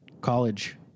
college